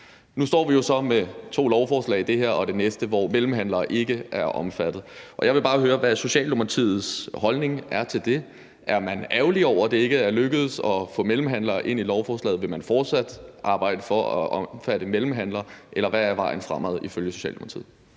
Nu står vi jo så med to lovforslag – det her og det næste – hvor mellemhandlere ikke er omfattet, og jeg vil bare høre, hvad Socialdemokratiets holdning er til det. Er man ærgerlig over, at det ikke er lykkedes at få mellemhandlere ind i lovforslaget, og vil man fortsat arbejde for at få det til at omfatte mellemhandlere, eller hvad er vejen fremad ifølge Socialdemokratiet?